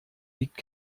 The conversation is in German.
liegt